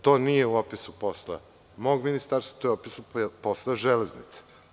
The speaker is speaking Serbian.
To nije u opisu posla mog ministarstva, to je posao „Železnice“